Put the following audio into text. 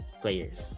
players